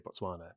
Botswana